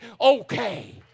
okay